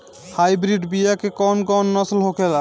Hybrid बीया के कौन कौन नस्ल होखेला?